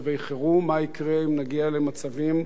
מה יקרה אם נגיע למצבים אחרים,